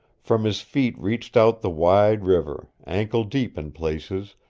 from his feet reached out the wide river, ankle deep in places,